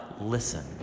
listen